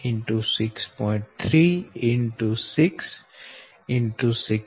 2 X 6